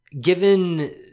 given